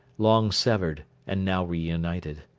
long severed and now reunited.